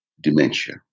dementia